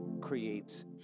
creates